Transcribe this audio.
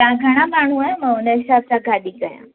तव्हां घणा माण्हूं आहियों मां हुन हिसाब सां गाॾी कयां